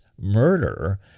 murder